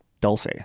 Dulce